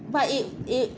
but it it